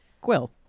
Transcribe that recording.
Quill